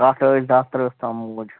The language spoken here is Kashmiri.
کَٹھ ٲسۍ دَہ ترٛہ تِم موٗدۍ